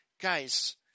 guys